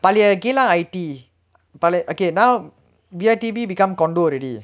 பழைய:palaiya geylang I_T பழைய:palaiya okay now B_R_T_B become condominium already